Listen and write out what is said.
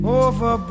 over